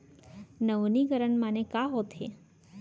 नवीनीकरण माने का होथे?